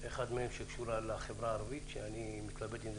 הצבעה אושרה אין מתנגדים.